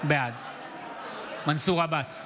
בעד מנסור עבאס,